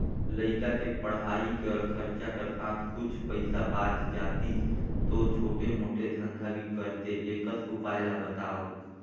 लइका के पढ़ाई कर खरचा कर साथ कुछ पईसा बाच जातिस तो छोटे मोटे धंधा भी करते एकस उपाय ला बताव?